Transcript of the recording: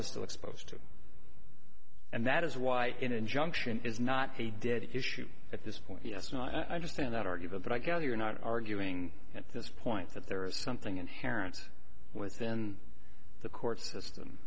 is still exposed to and that is why injunction is not a dead issue at this point yes no i understand that argument but i gather you're not arguing at this point that there is something inherent within the court system